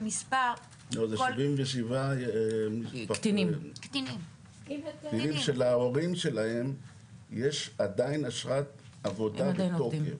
זה 77 קטינים שלהורים שלהם יש עדיין אשרת עבודה בתוקף.